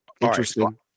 interesting